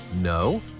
No